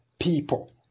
people